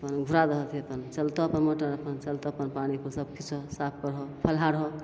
अपन घुरा दहो अथी अपन चलतऽ अपन मोटर अपन चलतऽ अपन पानी सबकिछु साफ करहऽ फलहारहऽ